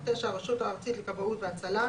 (9)הרשות הארצית לכבאות והצלה,